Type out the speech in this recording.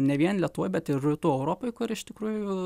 ne vien lietuvoj bet ir rytų europoj kur iš tikrųjų